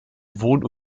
wohn